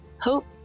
hope